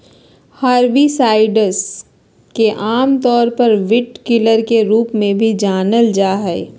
herbicides के आमतौर पर वीडकिलर के रूप में भी जानल जा हइ